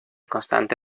constante